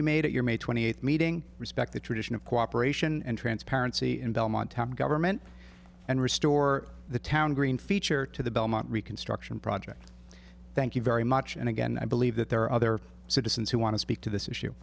you made at your may twenty eighth meeting respect the tradition of cooperation and transparency in belmont top government and restore the town green feature to the belmont reconstruction project thank you very much and again i believe that there are other citizens who want to speak to this issue